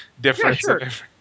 difference